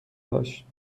هاش